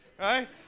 right